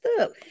up